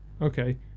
Okay